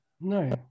No